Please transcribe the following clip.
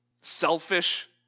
selfish